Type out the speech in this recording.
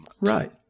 Right